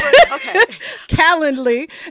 Calendly